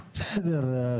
בסדר,